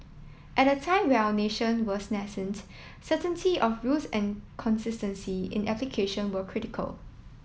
at a time where our nation was nascent certainty of rules and consistency in application were critical